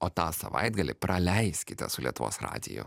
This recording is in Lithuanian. o tą savaitgalį praleiskite su lietuvos radiju